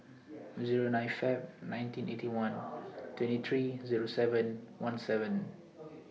Zero nine Feb nineteen Eighty One twenty three Zero seven one seven